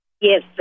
Yes